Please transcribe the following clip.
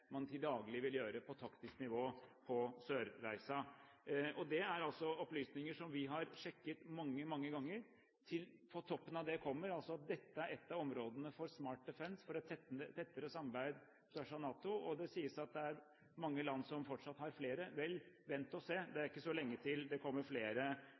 man til daglig vil gjøre på taktisk nivå på Sørreisa. Dette er opplysninger som vi har sjekket mange, mange ganger. På toppen av dette kommer at dette er et av områdene for «Smart Defence», for et tettere samarbeid på tvers av NATO. Det sies at det er mange land som fortsatt har flere. Vel, vent og se, det er ikke så lenge til det kommer flere